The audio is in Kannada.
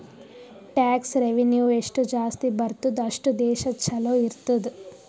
ಟ್ಯಾಕ್ಸ್ ರೆವೆನ್ಯೂ ಎಷ್ಟು ಜಾಸ್ತಿ ಬರ್ತುದ್ ಅಷ್ಟು ದೇಶ ಛಲೋ ಇರ್ತುದ್